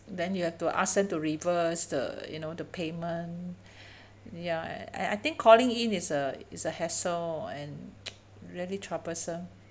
then you have to ask them to reverse the you know the payment ya I I think calling in is a is a hassle and really troublesome